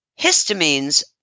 Histamines